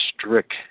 strict